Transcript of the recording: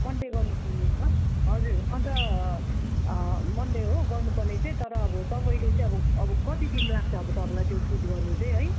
Monday गर्नुपर्नेछ हजुर अन्त मन्डे हो गर्नुपर्ने चाहिँ तर अब तपाईँले चाहिँ अब अब कति दिन लाग्छ अब तपाईँलाई त्यो सुट गर्नु चाहिँ है